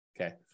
Okay